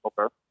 Okay